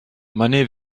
manet